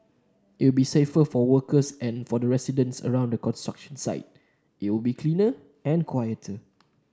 it will be safer for workers and for residents around the construction site it will be cleaner and quieter